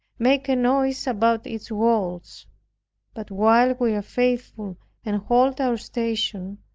make a noise about its walls but while we are faithful and hold our station,